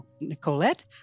Nicolette